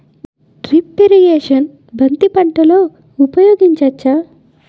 Drip irrigation బంతి పంటలో ఊపయోగించచ్చ?